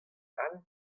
all